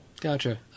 Gotcha